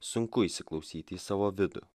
sunku įsiklausyti į savo vidų